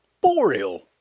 boreal